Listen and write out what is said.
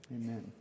Amen